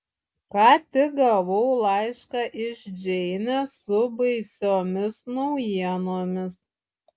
ką tik gavau laišką iš džeinės su baisiomis naujienomis